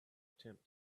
attempt